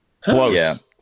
close